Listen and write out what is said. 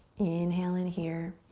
inhale in here.